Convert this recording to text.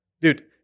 Dude